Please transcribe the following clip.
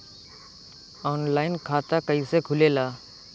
Online खाता कइसे खुलेला?